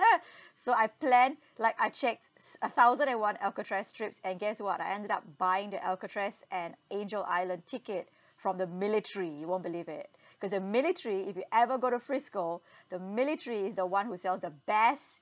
so I plan like I checked a thousand and one alcatraz trips and guess what I ended up buying the alcatraz and angel island ticket from the military you won't believe it cause the military if you ever go to frisco the military is the one who sells the best